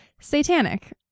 satanic